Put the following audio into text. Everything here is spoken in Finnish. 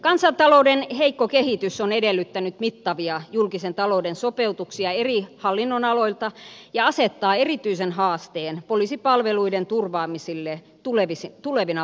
kansantalouden heikko kehitys on edellyttänyt mittavia julkisen talouden sopeutuksia eri hallinnonaloilta ja asettaa erityisen haasteen poliisipalveluiden turvaamiselle tulevina vuosina